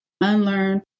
unlearn